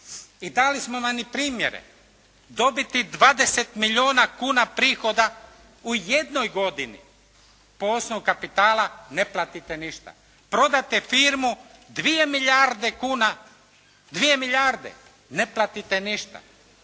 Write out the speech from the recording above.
I dali smo vam i primjere. Dobiti 20 milijuna kuna prihoda u jednoj godini po osnovu kapitala ne platite ništa. Prodate firmu 2 milijarde kuna, 2 milijarde, ne platite ništa.